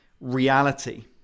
reality